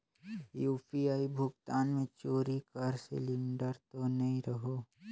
UPI भुगतान मे चोरी कर सिलिंडर तो नइ रहु?